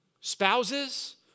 spouses